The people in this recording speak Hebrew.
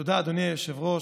תודה, אדוני היושב-ראש.